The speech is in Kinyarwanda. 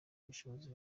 ubushobozi